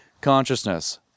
consciousness